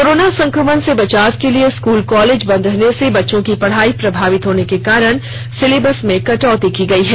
corona संक्रमण से बचाव के लिए स्कूल कॉलेज बंद रहने से बच्चों की पढ़ाई प्रभावित होने के कारण सिलेबस में कटौती की गई है